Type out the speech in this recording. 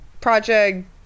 project